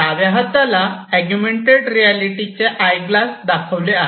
डाव्या हाताला अगुमेन्टेड रियालिटीचे आयग्लास दाखवले आहे